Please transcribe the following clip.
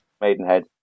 Maidenhead